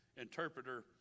interpreter